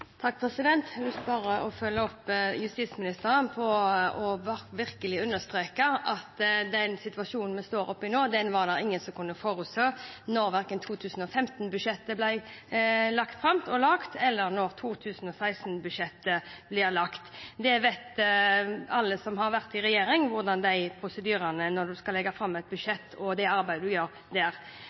situasjonen vi står oppe i nå, var det ingen som kunne forutse verken da 2015-budsjettet ble lagt fram, eller da 2016-budsjettet ble laget. Alle som har vært i regjering, vet hvordan de prosedyrene er når en skal legge fram et budsjett, og for det arbeidet en gjør der.